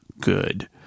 good